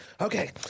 okay